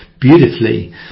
beautifully